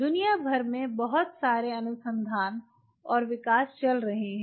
दुनिया भर में बहुत सारे अनुसंधान और विकास चल रहे हैं